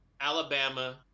Alabama